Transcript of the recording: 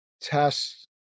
tests